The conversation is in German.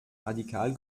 radikal